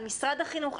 על משרד החינוך,